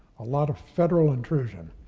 a lot of federal intrusion.